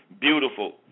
beautiful